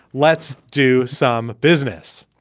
let's do some business.